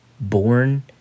born